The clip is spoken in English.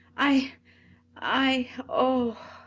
i i oh!